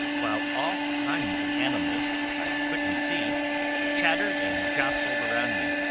while all kinds of animals which i couldn't see chattered and jostled around me.